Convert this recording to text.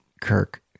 Kirk